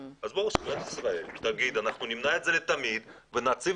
אז שמדינת ישראל תגיד שנמנע את זה לתמיד ונציב